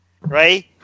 right